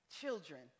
children